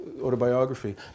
autobiography